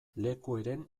lekueren